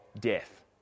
death